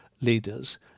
leaders